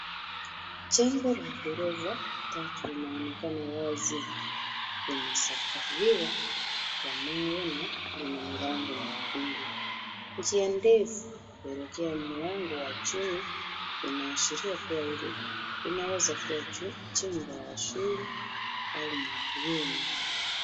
Jengo la ghorofa tatu linaonekana wazi. Limesakafiwa kwa mawe na lina milango miekundu. Njia ndefu kuelekea mlango wa chini. Inaashiria kuwa hili linaweza kuwa jengo la shule au mabweni.